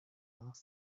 asked